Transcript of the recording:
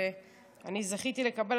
ואני זכיתי לקבל,